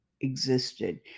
existed